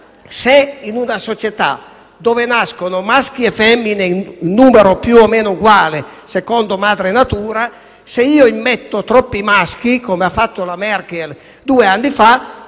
se in una società dove nascono maschi e femmine in numero più o meno uguale, secondo madre natura, si immettono troppi maschi, come ha fatto la Merkel due anni fa,